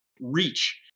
Reach